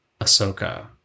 ahsoka